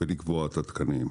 ולקבוע את התקנים.